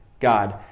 God